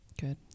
Good